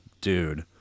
dude